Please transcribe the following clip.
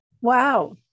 Wow